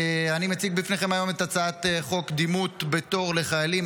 אני מציג בפניכם היום את הצעת חוק קדימות בתור לחיילים,